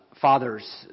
fathers